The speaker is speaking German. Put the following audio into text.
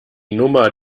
nummer